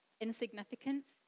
insignificance